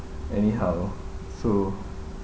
anyhow so